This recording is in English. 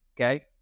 okay